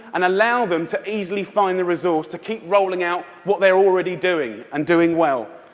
and allow them to easily find the resource to keep rolling out what they're already doing, and doing well.